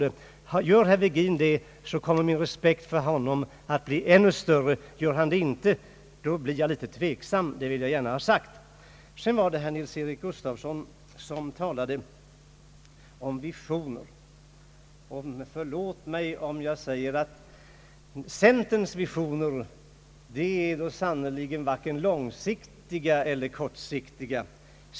Gör herr Virgin det, kommer min respekt för honom att bli ännu större; gör han det inte, blir jag litet tveksam — det vill jag gärna ha sagt. Herr Nils-Eric Gustafsson talade om visioner. Förlåt mig om jag säger att centerns visioner sannerligen är varken långsiktiga eller kortsiktiga.